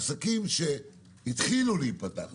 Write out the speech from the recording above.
עסקים שהתחילו להיפתח,